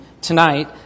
tonight